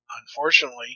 Unfortunately